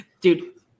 Dude